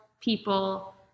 people